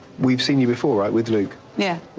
we've seen you before, right, with luke? yeah.